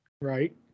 Right